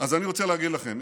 אז אני רוצה להגיד לכם,